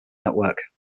network